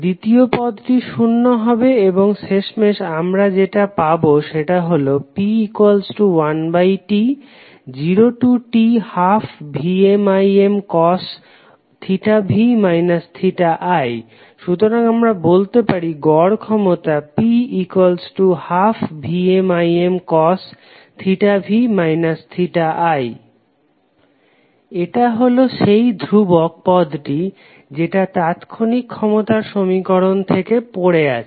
দ্বিতীয় পদটি শূন্য হবে এবং শেষমেশ আমরা যেটা পাবো সেটা হলো P1T0T12VmImcos v i সুতরাং আমরা বলতে পারি গড় ক্ষমতা P12VmImcos v i এটা হলো সেই ধ্রুবক পদটি যেটা তাৎক্ষণিক ক্ষমতার সমীকরণ থেকে পড়ে আছে